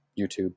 YouTube